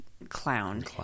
Clown